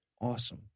awesome